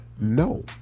No